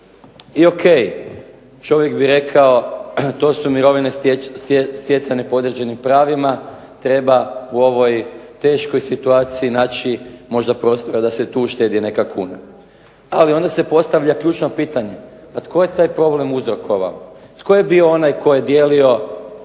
I ok, čovjek bi rekao to su mirovine stjecane po određenim pravima, treba u ovoj teškoj situaciji naći možda prostora da se tu uštedi neka kuna. Ali onda se postavlja ključno pitanje a tko je taj problem uzrokovao? Tko je bio onaj tko je dijelio